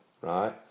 right